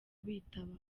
bitaba